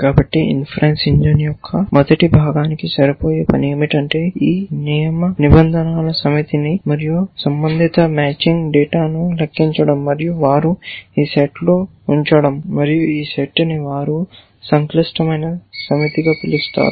కాబట్టి inference engine యొక్క మొదటి భాగానికి సరిపోయే పని ఏమిటంటే ఈ నియమ నిబంధనల సమితిని మరియు సంబంధిత మ్యాచింగ్ డేటాను లెక్కించడం మరియు వారు ఈ సెట్లో ఉంచడం మరియు దీనిని సంక్లిష్టమైన సమితి అని పిలుస్తారు